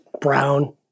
Brown